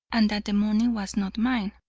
and that the money was not mine,